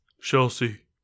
Chelsea